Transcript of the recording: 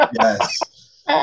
Yes